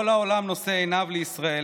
כל העולם נושא עיניו לישראל,